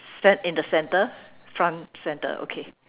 set in the centre front centre okay